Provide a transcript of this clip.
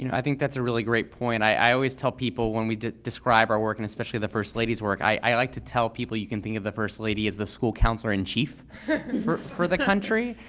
you know i think that's a really great point. i always tell people when we describe our work and especially the first lady's work, i like to tell people you can think of the first lady as the school counselor in chief for the country,